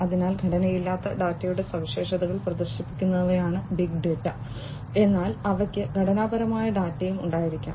അതിനാൽ ഘടനയില്ലാത്ത ഡാറ്റയുടെ സവിശേഷതകൾ പ്രദർശിപ്പിക്കുന്നവയാണ് ബിഗ് ഡാറ്റ എന്നാൽ അവയ്ക്ക് ഘടനാപരമായ ഡാറ്റയും ഉണ്ടായിരിക്കാം